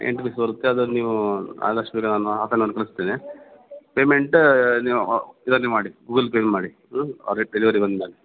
ಎಂಟು ಪೀಸ್ ಬರುತ್ತೆ ಅದ್ರಲ್ಲಿ ನೀವು ಆದಷ್ಟು ಬೇಗ ನಾನು ಹಾಫ್ ಎನ್ ಅವರ್ಲ್ ಕಳಿಸ್ತೇನೆ ಪೇಮೆಂಟ ನೀವು ಓ ಇದರಲ್ಲಿ ಮಾಡಿ ಗೂಗಲ್ ಪೇಯಲ್ಲಿ ಮಾಡಿ ಅವ್ರಿಗೆ ಡೆಲಿವೆರಿ ಬಂದ ಮೇಲೆ